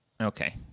Okay